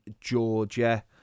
Georgia